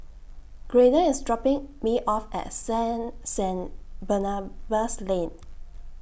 Graydon IS dropping Me off At Sane Sane Barnabas Lane